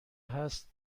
هست